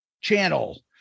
channel